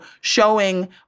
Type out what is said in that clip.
showing